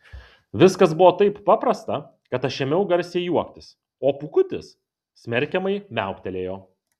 viskas buvo taip paprasta kad aš ėmiau garsiai juoktis o pūkutis smerkiamai miauktelėjo